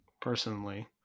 Personally